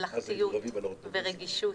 ממלכתיות ורגישות.